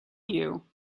you